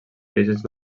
orígens